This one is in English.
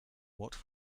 what